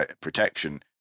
protection